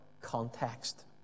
context